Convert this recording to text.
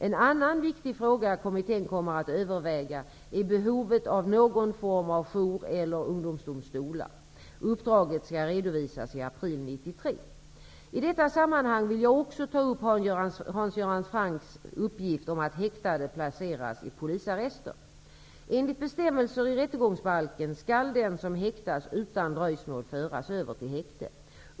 En annan viktig fråga kommittén kommer att överväga är behovet av någon form av jour eller ungdomsdomstolar. Uppdraget skall redovisas i april 1993. I detta sammanhang vill jag också ta upp Hans Göran Francks uppgift om att häktade placeras i polisarrester. Enligt bestämmelser i rättegångsbalken skall den som häktas utan dröjsmål föras över till häkte.